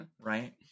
Right